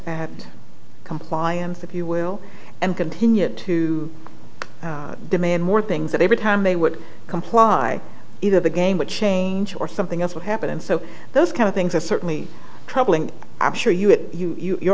at compliance if you will and continue to demand more things that every time they would comply either the game would change or something else would happen and so those kind of things are certainly troubling i'm sure you have you